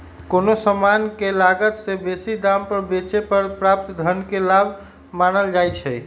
कोनो समान के लागत से बेशी दाम पर बेचे पर प्राप्त धन के लाभ मानल जाइ छइ